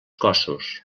cossos